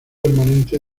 permanente